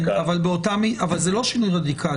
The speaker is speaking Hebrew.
אבל זה לא שינוי רדיקלי.